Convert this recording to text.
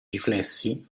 riflessi